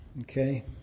Okay